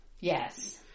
Yes